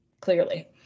Clearly